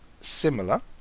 similar